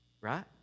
Right